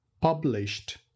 published